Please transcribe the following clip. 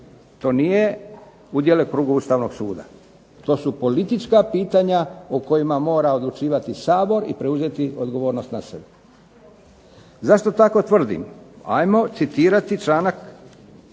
To nije u djelokrugu Ustavnog suda. To su politička pitanja o kojima mora odlučivati Sabor i preuzeti odgovornost na sebe. Zašto tako tvrdim? Hajmo citirati članak